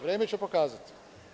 Vreme će pokazati.